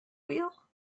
wheel